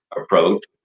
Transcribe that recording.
approach